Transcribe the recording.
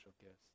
gifts